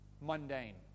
mundane